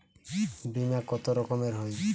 বিমা কত রকমের হয়?